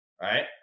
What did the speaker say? right